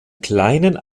kleinen